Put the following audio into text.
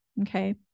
Okay